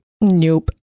nope